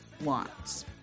wants